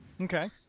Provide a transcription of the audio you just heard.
Okay